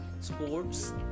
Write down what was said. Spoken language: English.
sports